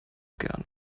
gerne